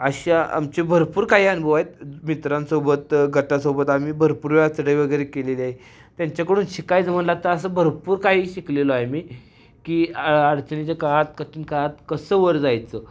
अशा आमच्या भरपूर काही अनुभव आहेत मित्रांसोबत गटासोबत आम्ही भरपूर वेळ चढाई वगैरे केलेली आहे त्यांच्याकडून शिकायचं म्हणलं तर असं भरपूर काही शिकलेलो आहे मी की आ अडचणीच्या काळात कठीण काळात कसं वर जायचं